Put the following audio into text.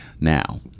now